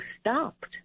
stopped